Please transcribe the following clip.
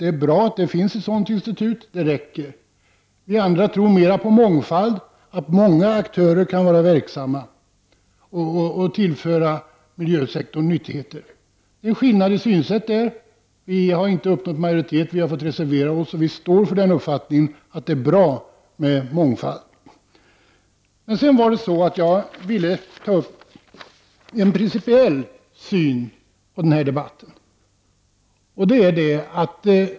Det är bra att det finns ett sådant institut och det är tillräckligt. Vi övriga tror mer på mångfald där många aktörer kan vara verksamma och tillföra miljösektorn nyttigheter. Där finns det en skillnad i synsätt. Vi har inte uppnått någon majoritet utan vi har fått reservera oss. Men vi står för uppfattningen att det är bra med mångfald. Jag vill ta upp en principiell fråga när det gäller den här debatten.